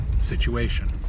situation